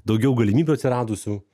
daugiau galimybių atsiradusių